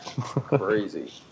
Crazy